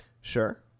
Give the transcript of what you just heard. Sure